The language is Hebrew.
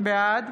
בעד